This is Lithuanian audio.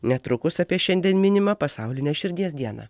netrukus apie šiandien minimą pasaulinę širdies dieną